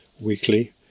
weekly